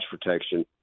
protection